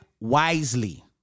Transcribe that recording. wisely